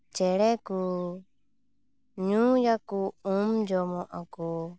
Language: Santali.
ᱪᱮᱬᱮ ᱠᱚ ᱧᱩᱭᱟᱠᱚ ᱩᱢ ᱡᱚᱢᱚᱜᱼᱟ ᱠᱚ